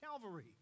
Calvary